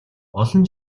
олон